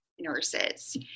nurses